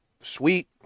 sweet